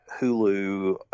Hulu